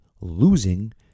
losing